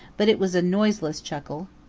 but it was a noiseless chuckle.